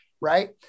Right